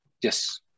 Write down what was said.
Yes